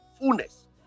fullness